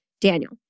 Daniel